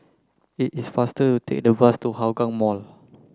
it is faster to take the bus to Hougang Mall